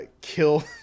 kill